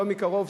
לא מקרוב,